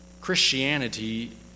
Christianity